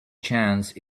chance